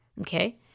Okay